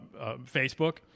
Facebook